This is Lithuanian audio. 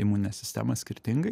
imuninę sistemą skirtingai